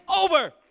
over